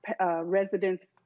residents